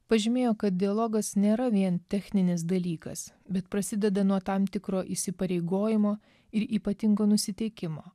pažymėjo kad dialogas nėra vien techninis dalykas bet prasideda nuo tam tikro įsipareigojimo ir ypatingo nusiteikimo